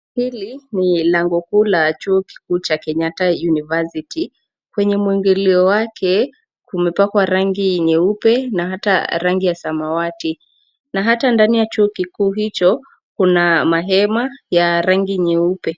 Hili ni lango kuu la chuo kikuu cha Kenyatta University. Kwenye mwingilio wake kumepakwa rangi nyeupe na hata rangi ya samawati na hata ndani ya chuo kikuu hicho kuna mahema ya rangi nyeupe.